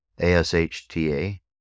A-S-H-T-A